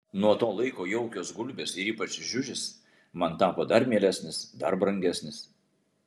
nuo to laiko jaukios gulbės ir ypač žiužis man tapo dar mielesnis dar brangesnis